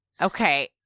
Okay